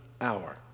hour